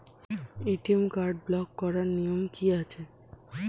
ATM card block করার নিয়ম কি আছে?